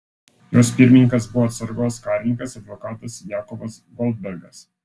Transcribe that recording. jos pirmininkas buvo atsargos karininkas advokatas jakovas goldbergas